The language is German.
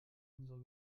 unsere